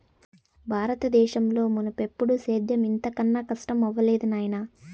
బారత దేశంలో మున్నెప్పుడూ సేద్యం ఇంత కనా కస్టమవ్వలేదు నాయనా